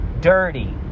dirty